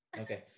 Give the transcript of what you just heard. Okay